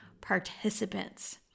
participants